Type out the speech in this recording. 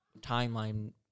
timeline